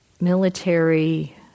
military